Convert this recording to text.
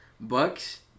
Bucks